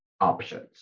options